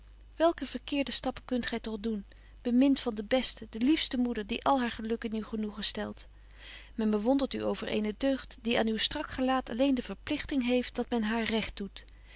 welke verkeerde stappen kunt gy toch doen bemint van de beste de liefste moeder die al haar geluk in uw genoegen stelt men bewondert u over eene deugd die aan uw strak gelaat alleen de verpligting heeft dat men haar recht doet